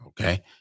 okay